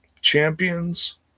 Champions